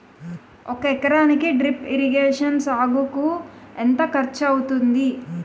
ఒక ఎకరానికి drip irrigation సాగుకు ఎంత ఖర్చు అవుతుంది?